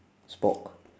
spork